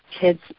kids